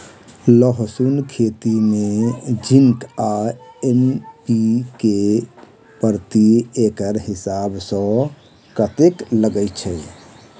लहसून खेती मे जिंक आ एन.पी.के प्रति एकड़ हिसाब सँ कतेक लागै छै?